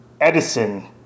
Edison